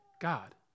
God